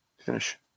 Finish